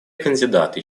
кандидаты